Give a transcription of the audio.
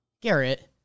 Garrett